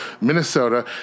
Minnesota